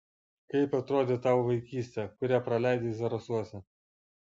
kaip atrodė tavo vaikystė kurią praleidai zarasuose